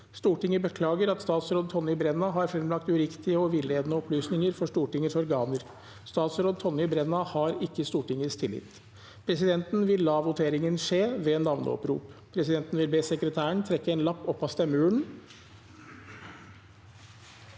«Stortinget beklager at statsråd Tonje Brenna har fremlagt uriktige og villedende opplysninger for Stortingets organer. Statsråd Tonje Brenna har ikke Stortingets tillit.» Presidenten vil la voteringen skje ved navneopprop. Presidenten vil henstille til representantene